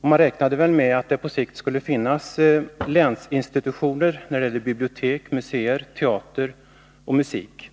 Man räknade väl med att det på sikt skulle finnas länsinstitutioner när det gäller bibliotek, museer och teatrar samt beträffande musik.